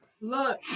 Look